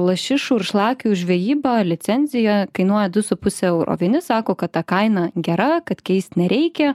lašišų ir šlakių žvejyba licenzija kainuoja du su puse euro vieni sako kad ta kaina gera kad keist nereikia